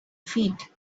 feet